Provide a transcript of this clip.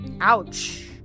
Ouch